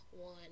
one